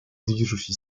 движущей